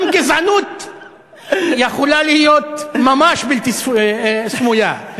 גם גזענות יכולה להיות ממש בלתי סמויה.